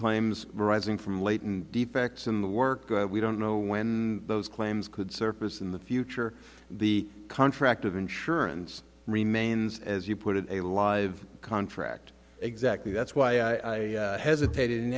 claims arising from latent defects in the work we don't know when those claims could surface in the future the contract of insurance remains as you put it a live contract exactly that's why i hesitate in